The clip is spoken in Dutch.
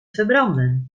verbranden